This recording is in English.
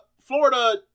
Florida